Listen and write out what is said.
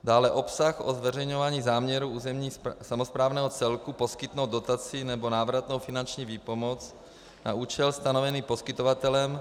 Dále obsah o zveřejňování záměru územně samosprávného celku poskytnout dotaci nebo návratnou finanční výpomoc na účel stanovený poskytovatelem.